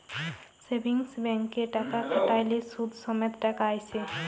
savings ব্যাংকে টাকা খ্যাট্যাইলে সুদ সমেত টাকা আইসে